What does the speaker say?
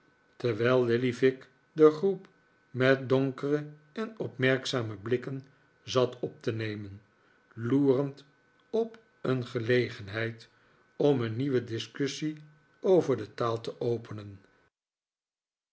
terwijl lillyvick de groep met donkere en opmerkzame blikken zat op te nemen loerend op een gelegenheid om een nieuwe discussie over de taal te openen